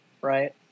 right